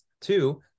Two